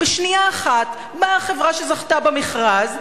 בשנייה אחת באה החברה שזכתה במכרז,